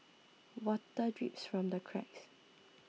water drips from the cracks